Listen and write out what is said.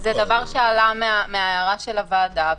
זה דבר שעלה מן ההערה של הוועדה.